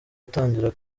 utangira